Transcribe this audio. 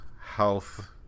health